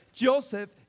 Joseph